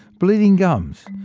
bleeding gums,